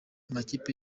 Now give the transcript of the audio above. amakipe